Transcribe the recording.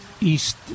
east